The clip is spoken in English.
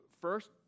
first